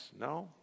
No